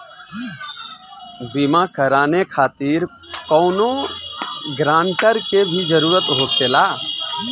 बीमा कराने खातिर कौनो ग्रानटर के भी जरूरत होखे ला?